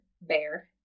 bear